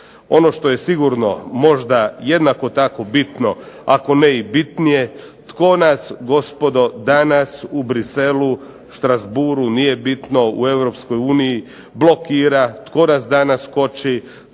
Ono što je sigurno možda jednako tako bitno, ako ne i bitnije, tko nas danas gospodo u Bruxellesu, u Strasborghu, u Europskoj uniji blokira, tko nas danas koči,